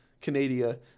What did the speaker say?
Canada